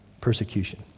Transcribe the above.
persecution